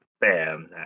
bam